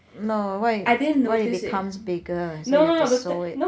no what if what if it becomes bigger so you have to sew it